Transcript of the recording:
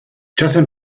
czasem